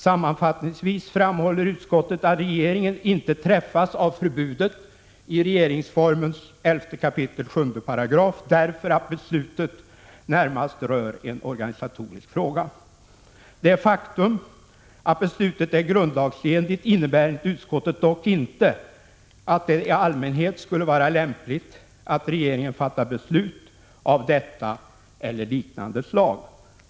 Sammanfattningsvis framhåller utskottet att regeringen inte träffats av 29 förbudet i regeringsformens 11 kap. 7 §, därför att beslutet närmast rör en organisatorisk fråga. Det faktum att beslutet är grundlagsenligt innebär enligt utskottet dock inte att det i allmänhet skulle vara lämpligt att regeringen fattar beslut av detta eller liknande slag.